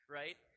right